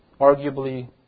arguably